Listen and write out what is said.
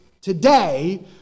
today